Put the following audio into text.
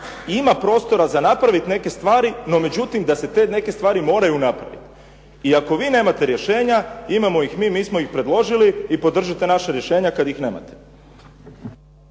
ima prostora za napraviti neke stvari, no međutim da se te neke stvari moraju napraviti. I ako vi nemate rješenja imamo ih mi, mi smo ih predložili i podržite naša rješenja kad ih nemate.